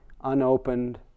unopened